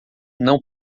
não